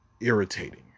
irritating